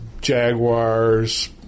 jaguars